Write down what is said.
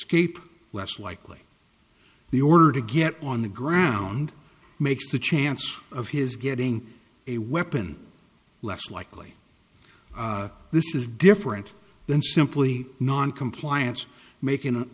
scape less likely the order to get on the ground makes the chance of his getting a weapon less likely this is different than simply noncompliance making